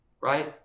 right